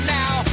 now